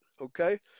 okay